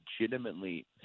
legitimately